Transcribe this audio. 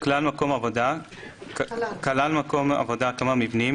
(ח) כלל מקום עבודה כמה מבנים,